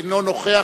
אינו נוכח,